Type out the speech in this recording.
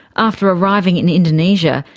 after arriving in indonesia,